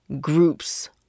groups